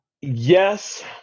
Yes